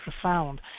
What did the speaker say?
profound